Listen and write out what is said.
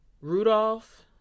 Rudolph